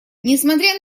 несмотря